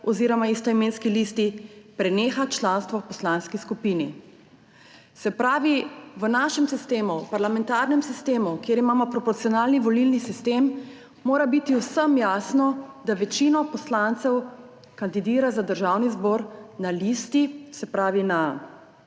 oziroma istoimenski listi preneha članstvo v poslanski skupini.« Se pravi, v našem sistemu, parlamentarnem sistemu, kjer imamo proporcionalni volilni sistem, mora biti vsem jasno, da večina poslancev kandidira za Državni zbor na neki listi